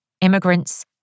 immigrants